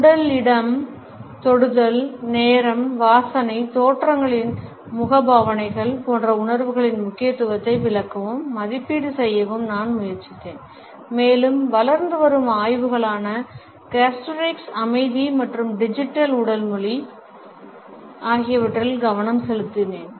உடல் இடம் தொடுதல் நேரம் வாசனை தோற்றங்களில் முகபாவனைகள் போன்ற உணர்வுகளின் முக்கியத்துவத்தை விளக்கவும் மதிப்பீடு செய்யவும் நான் முயற்சித்தேன் மேலும் வளர்ந்து வரும் ஆய்வுகளான கஸ்டோரிக்ஸ் அமைதி மற்றும் டிஜிட்டல் உடல் மொழி ஆகியவற்றில் கவனம் செலுத்தினேன்